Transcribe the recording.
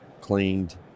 cleaned